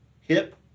hip